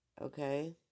okay